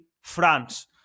France